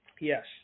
Yes